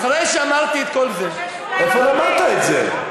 אחרי שאמרתי את כל זה, איפה למדת את זה?